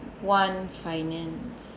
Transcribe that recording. one finance